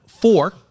Four